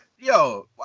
yo